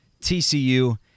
TCU